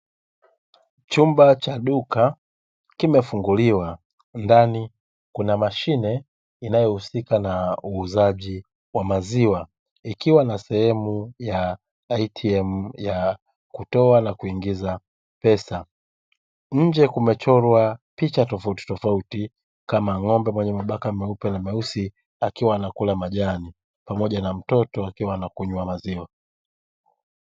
Chumba cha duka kimefunguliwa ndani kuna mashine inayohusika na uuzaji wa maziwa ikiwa na sehemu ya "ATM" ya kutoa na kuingiza pesa, nje kumechorwa picha tofauti tofauti kama ng'ombe mwenye mabaka meupe na meusi akiwa anakula majani pamoja na mtoto akiwa anakunywa maziwa.